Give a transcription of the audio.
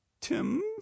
tim